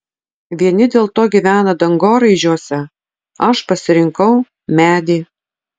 vieni dėl to gyvena dangoraižiuose aš pasirinkau medį